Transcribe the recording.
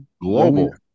global